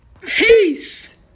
peace